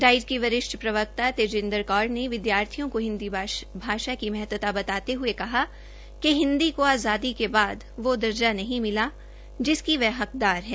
diet की वरिष्ठ प्रवक्ता तेजिंदर कौर ने विद्यार्थियों को हिन्दी भाषा की महत्ता बताते हुए कहा कि हिन्दी को आजादी के बाद वो दर्जा नहीं मिल पाया जिसकी वह हकदार है